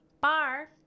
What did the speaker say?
bar